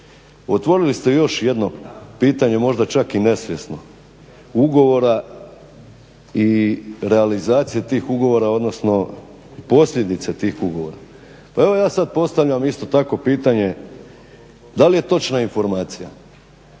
otvorili ste još jedno pitanje možda čak i nesvjesno ugovora i realizacije tih ugovora odnosno posljedica tih ugovora. Pa evo ja sad postavljam isto tako pitanje da li je točna informacija